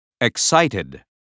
excited